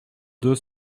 deux